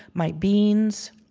my beans.